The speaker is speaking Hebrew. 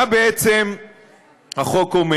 מה בעצם החוק אומר?